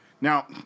Now